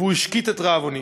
והוא השקיט את רעבוני.